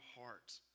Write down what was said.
heart